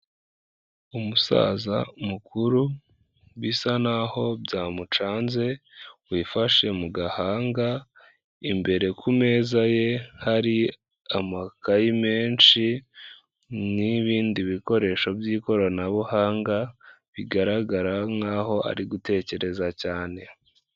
Umusaza mukuru bisa naho byamucanze, wifashe mu gahanga, imbere ku meza ye hari amakayi menshi n'ibindi bikoresho by'ikoranabuhanga, bigaragara nkaho ari gutekereza cyane.